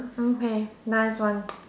okay nice one